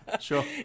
Sure